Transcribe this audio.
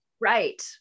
Right